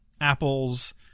Apple's